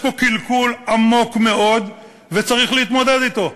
יש פה קלקול עמוק מאוד וצריך להתמודד אתו.